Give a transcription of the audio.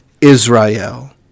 Israel